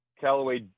Callaway